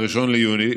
ב-1 ביוני,